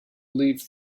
leave